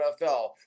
NFL